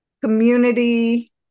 community